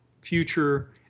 future